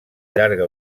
llarga